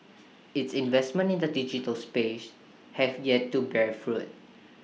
its investments in the digital space have yet to bear fruit